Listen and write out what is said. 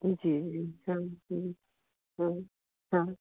जी जी